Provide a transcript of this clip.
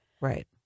Right